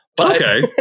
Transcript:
Okay